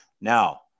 Now